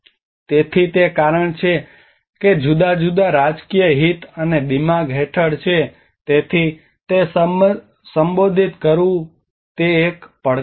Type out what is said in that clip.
તેથી તે કારણ છે કે જુદા જુદા રાજકીય હિત અને દિમાગ હેઠળ છે તેથી તે સંબોધિત કરવું તે એક પડકારો છે